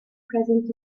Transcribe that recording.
present